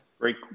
Great